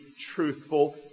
truthful